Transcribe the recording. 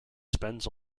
spends